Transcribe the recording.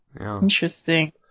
interesting